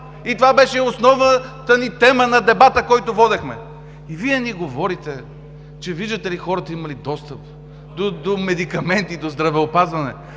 – това беше основната тема на дебата, който водехме. Вие ни говорите, че, виждате ли, хората имали достъп до медикаменти, до здравеопазване!